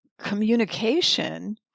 communication